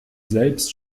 selbst